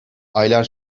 aylar